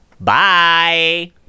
Bye